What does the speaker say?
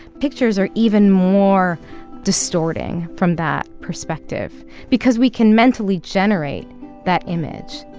pictures are even more distorting from that perspective because we can mentally generate that image.